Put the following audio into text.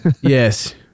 Yes